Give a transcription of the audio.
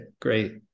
great